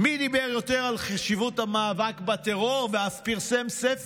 מי דיבר יותר על חשיבות המאבק בטרור ואף פרסם ספר,